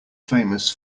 famous